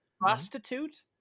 prostitute